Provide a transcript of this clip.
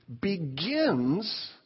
begins